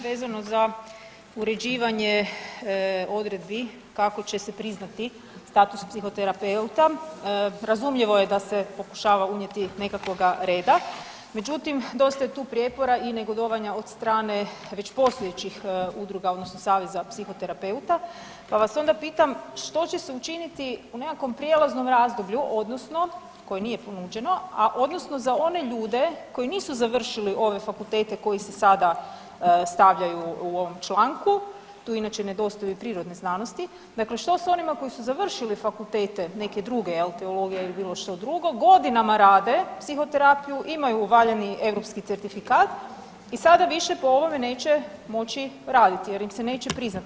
Vezano za uređivanje odredbi kako će se priznati status psihoterapeuta, razumljivo je da se pokušava unijeti nekakvoga reda, međutim dosta je tu prijepora i negodovanja od strane već postojećih udruga odnosno Saveza psihoterapeuta, pa vas onda pitam što će se učiniti u nekakvom prijelaznom razdoblju odnosno koje nije ponuđeno, a odnosno za one ljude koji nisu završili ove fakultete koji se sada stavljaju u ovom članku, tu inače nedostaju i prirodne znanosti, dakle što s onima koji su završili fakultete neke druge, teologija ili bilo što drugo, godinama rade psihoterapiju, imaju valjani europski certifikat i sada više neće po ovome neće moći raditi jer im se neće priznati.